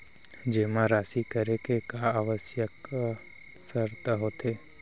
जेमा राशि करे के का आवश्यक शर्त होथे?